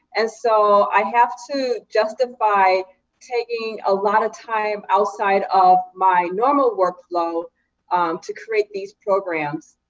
and so i have to justify taking a lot of time outside of my normal workflow to create these programs.